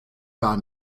gar